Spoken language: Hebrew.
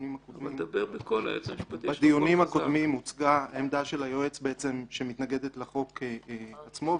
בדיונים הקודמים הוצגה העמדה של היועץ שמתנגדת לחוק עצמו,